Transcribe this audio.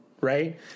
Right